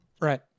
Right